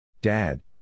Dad